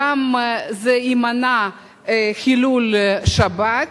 זה גם ימנע חילול שבת,